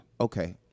Okay